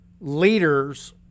leaders